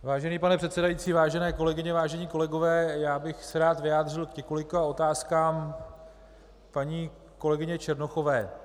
Vážený pane předsedající, vážené kolegyně, vážení kolegové, rád bych se vyjádřil k několika otázkám paní kolegyně Černochové.